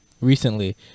recently